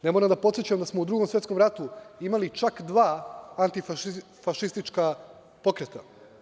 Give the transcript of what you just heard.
Ne moram da podsećam da smo u Drugom svetskom radu imali čak dva antifašistička pokreta.